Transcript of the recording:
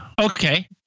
Okay